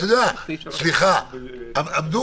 אל תקבעו